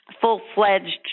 full-fledged